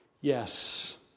Yes